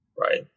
Right